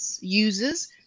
users